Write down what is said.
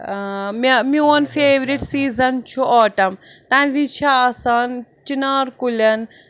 آ مےٚ میون فٮ۪فرِٹ سیٖزَن چھُ اوٚٹَم تَمہِ وِزِ چھُ آسان چِنار کُلٮ۪ن